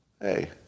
Hey